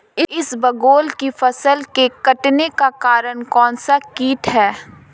इसबगोल की फसल के कटने का कारण कौनसा कीट है?